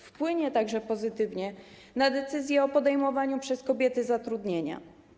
Wpłynie on także pozytywnie na decyzje o podejmowaniu przez kobiety zatrudnienia.